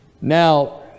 Now